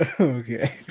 Okay